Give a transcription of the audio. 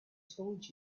told